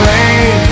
Rain